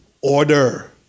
order